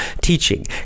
Teaching